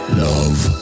love